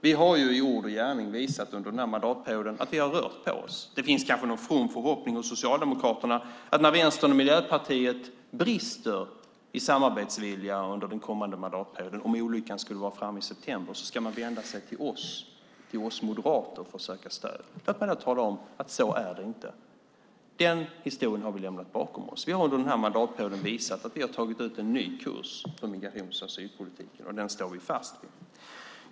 Vi har i ord och gärning under den här mandatperioden visat att vi har rört på oss. Det finns kanske någon from förhoppning hos Socialdemokraterna att om olyckan skulle vara framme i september och Vänstern och Miljöpartiet brister i samarbetsvilja under den kommande mandatperioden så ska man vända sig till oss moderater för att söka stöd. Låt mig då tala om att så är det inte. Den historien har vi lämnat bakom oss. Vi har under den här mandatperioden visat att vi har tagit ut en ny kurs för migrations och asylpolitiken, och den står vi fast vid.